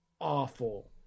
awful